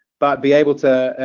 but be able to,